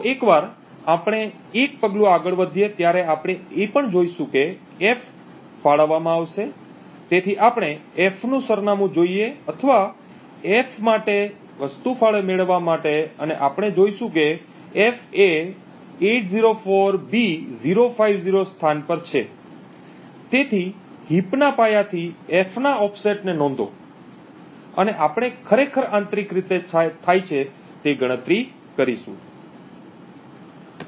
તો એકવાર આપણે એક પગલું આગળ વધીએ ત્યારે આપણે એ પણ જોઈશું કે f ફાળવવામાં આવશે તેથી આપણે f નું સરનામું જોઈએ અથવા f માટે વસ્તુ મેળવવા માટે અને આપણે જોઈશું કે f એ 804b050 સ્થાન પર છે તેથી હીપ ના પાયાથી f ના ઓફસેટને નોંધો અને આપણે ખરેખર આંતરિક રીતે થાય છે તે ગણતરી કરીશું